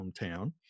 hometown